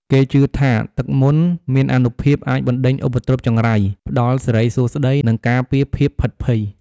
គេជឿថាទឹកមន្តមានអានុភាពអាចបណ្ដេញឧបទ្រពចង្រៃ ផ្ដល់សិរីសួស្ដី និងការពារភាពភិតភ័យ។